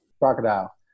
Crocodile